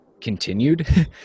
continued